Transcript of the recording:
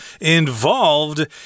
involved